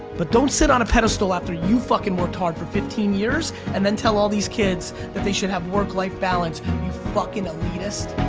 but don't sit on a pedestal after you fuckin' worked hard for fifteen years and then tell all these kids that they should have a work-life balance, you fuckin' elitist.